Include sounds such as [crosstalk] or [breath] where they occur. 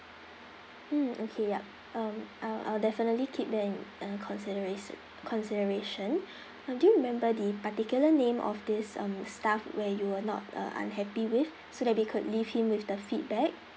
mm okay yup um I'll I'll definitely keep that in a considera~ consideration [breath] um do you remember the particular name of this um staff where you will not uh unhappy with so that we could leave him with the feedback